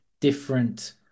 different